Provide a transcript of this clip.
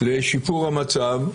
לשיפור המצב,